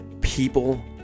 people